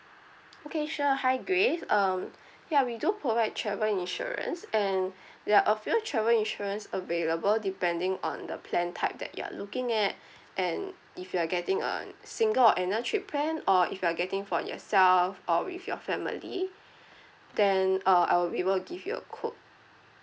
okay sure hi grace um ya we do provide travel insurance and there are a few travel insurance available depending on the plan type that you are looking at and if you're getting a single or annual trip plan or if you're getting for yourself or with your family then uh I will be able to give you a quote